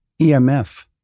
emf